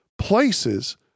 places